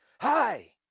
Hi